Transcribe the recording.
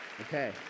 Okay